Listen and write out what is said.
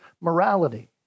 morality